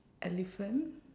elephant